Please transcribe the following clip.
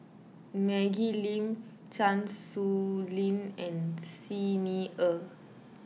Maggie Lim Chan Sow Lin and Xi Ni Er